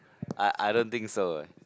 I I don't think so